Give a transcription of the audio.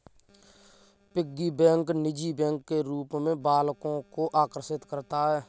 piggy bank निजी bank के रूप में बालकों को आकर्षित करता है